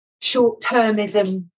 short-termism